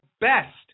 best